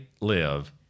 live